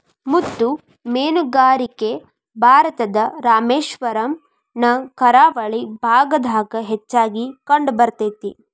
ಮುತ್ತು ಮೇನುಗಾರಿಕೆ ಭಾರತದ ರಾಮೇಶ್ವರಮ್ ನ ಕರಾವಳಿ ಭಾಗದಾಗ ಹೆಚ್ಚಾಗಿ ಕಂಡಬರ್ತೇತಿ